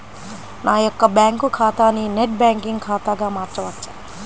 నా యొక్క బ్యాంకు ఖాతాని నెట్ బ్యాంకింగ్ ఖాతాగా మార్చవచ్చా?